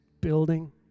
building